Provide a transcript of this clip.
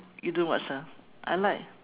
you don't watch ah I like